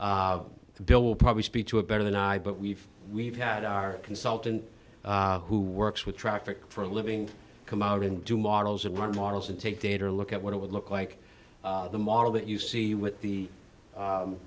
the bill will probably speak to a better than i but we've we've had our consultant who works with traffic for a living come out and do models of work models and take data or look at what it would look like the model that you see with the